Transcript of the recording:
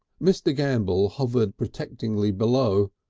mr. gambell hovered protectingly below.